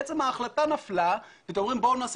בעצם ההחלטה נפלה, כשאתם אומרים 'בואו נעשה